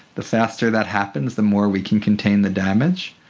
the faster that happens the more we can contain the damage.